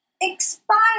Expired